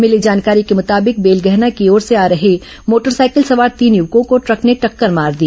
मिली जानकारी के मुताबिक बेलगहना की ओर से आ रहे मोटरसॉइकिल सवार तीन युवकों को ट्रक ने टक्कर मार दी